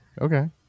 Okay